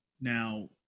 Now